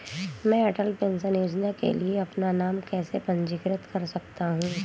मैं अटल पेंशन योजना के लिए अपना नाम कैसे पंजीकृत कर सकता हूं?